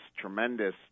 tremendous